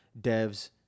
devs